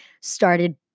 started